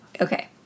Okay